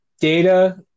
Data